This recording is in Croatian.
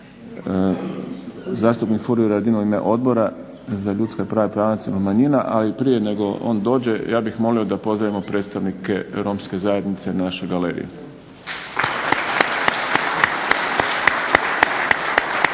zastupnik Furio Radin u ime Odbora za ljudska prava i prava nacionalnih manjina, ali prije nego on dođe ja bih molio da pozdravimo predstavnike romske zajednice na našoj galeriji.